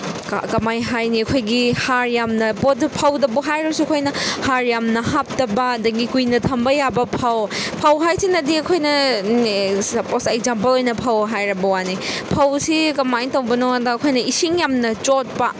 ꯀꯃꯥꯏꯅ ꯍꯥꯏꯅꯤ ꯑꯩꯈꯣꯏꯒꯤ ꯍꯥꯔ ꯌꯥꯝꯅ ꯄꯣꯠꯇ ꯐꯧꯗꯕꯨ ꯍꯥꯏꯔꯁꯨ ꯑꯩꯈꯣꯏꯅ ꯍꯥꯔ ꯌꯥꯝꯅ ꯍꯥꯞꯇꯕ ꯑꯗꯒꯤ ꯀꯨꯏꯅ ꯊꯝꯕ ꯌꯥꯕ ꯐꯧ ꯐꯧ ꯍꯥꯏꯁꯤꯅꯗꯤ ꯑꯩꯈꯣꯏꯅ ꯁꯄꯣꯖ ꯑꯦꯛꯖꯥꯝꯄꯜ ꯑꯣꯏꯅ ꯐꯧ ꯍꯥꯏꯔꯕ ꯋꯥꯅꯦ ꯐꯧꯁꯤ ꯀꯃꯥꯏꯅ ꯇꯧꯕꯅꯣꯗ ꯑꯩꯈꯣꯏꯅ ꯏꯁꯤꯡ ꯌꯥꯝꯅ ꯆꯣꯠꯄ